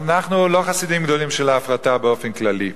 אנחנו לא חסידים גדולים של ההפרטה באופן כללי.